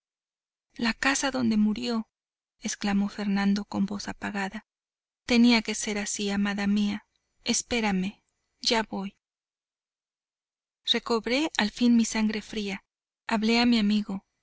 la casa donde murió exclamó fernando con voz apagada tenía que ser así amada mía espérame ya voy recobré al fin mi sangre fría hablé a mi amigo